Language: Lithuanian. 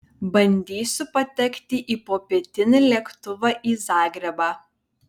bandysiu patekti į popietinį lėktuvą į zagrebą